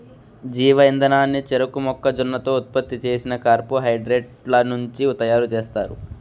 జీవ ఇంధనాన్ని చెరకు, మొక్కజొన్నతో ఉత్పత్తి చేసిన కార్బోహైడ్రేట్ల నుంచి తయారుచేస్తారు